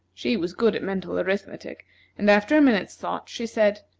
she was good at mental arithmetic and, after a minute's thought, she said,